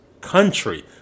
country